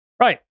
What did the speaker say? Right